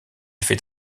fait